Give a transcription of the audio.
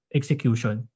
execution